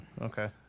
okay